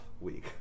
week